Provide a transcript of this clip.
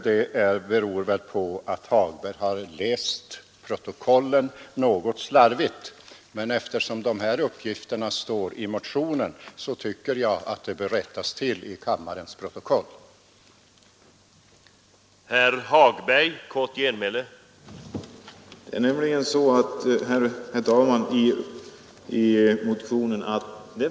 Det beror väl på att herr Hagberg har läst protokollen något slarvigt. Men eftersom dessa uppgifter står i motionen, tycker jag att de bör rättas till i kammarens protokoll. Uttalandet 1967 gick ut på att man borde eftersträva en pensionsålder av 63 år för underjordsarbetarna.